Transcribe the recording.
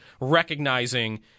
recognizing